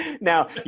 now